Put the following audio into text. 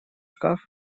шкаф